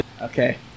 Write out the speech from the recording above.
okay